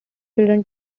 children